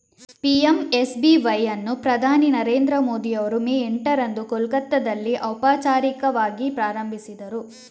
PMSBY ಅನ್ನು ಪ್ರಧಾನಿ ನರೇಂದ್ರ ಮೋದಿ ಅವರು ಮೇ ಎಂಟರಂದು ಕೋಲ್ಕತ್ತಾದಲ್ಲಿ ಔಪಚಾರಿಕವಾಗಿ ಪ್ರಾರಂಭಿಸಿದರು